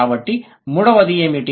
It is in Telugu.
కాబట్టి మూడవది ఏమిటి